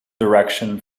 direction